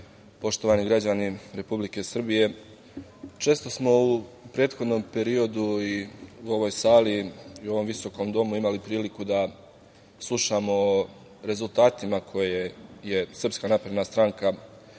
poštovani građani Republike Srbije, često smo u prethodnom periodu i u ovoj sali i u ovom visokom domu imali priliku da slušamo o rezultatima koje je SNS zabeležila